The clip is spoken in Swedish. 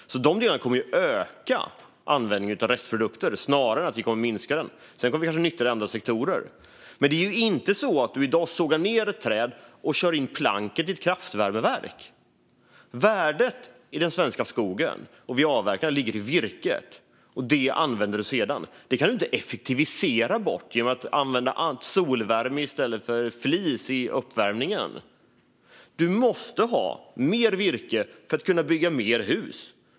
De delarna kommer ju att öka snarare än minska användningen av restprodukter. Sedan kommer vi kanske att nyttja dem i andra sektorer. Det är ju inte så att du i dag sågar ned ett träd och kör in plank i ett kraftvärmeverk. Värdet i den svenska skogen när vi avverkar ligger i virket, och det använder du sedan. Det kan du inte effektivisera bort genom att använda solvärme i stället för flis i uppvärmningen. Du måste ha mer virke för att kunna bygga mer hus.